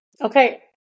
Okay